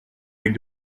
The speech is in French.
avec